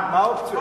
מה הן האופציות?